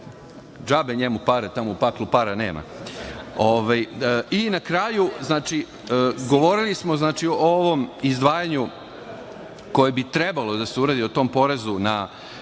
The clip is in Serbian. kraju, govorili smo o ovom izdvajanju koje bi trebalo da se uradi o tom porezu na